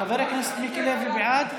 חבר הכנסת מיקי לוי, בעד,